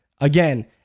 again